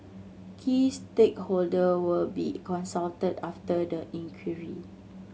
key stakeholder will also be consulted after the inquiry